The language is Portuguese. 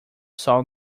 sol